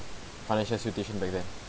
financial situation back then